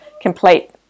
complete